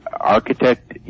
architect